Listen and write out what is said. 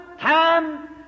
time